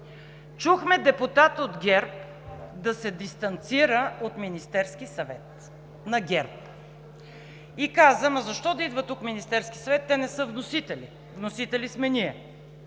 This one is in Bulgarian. Чухме депутат от ГЕРБ да се дистанцира от Министерския съвет на ГЕРБ и каза: „Ама защо да идва тук Министерският съвет, те не са вносители? Вносители сме ние.“